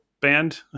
band